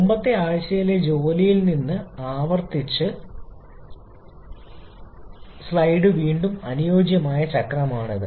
മുമ്പത്തെ ആഴ്ചയിലെ ജോലിയിൽ നിന്ന് ആവർത്തിച്ച സ്ലൈഡ് വീണ്ടും അനുയോജ്യമായ ചക്രമാണിത്